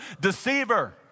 deceiver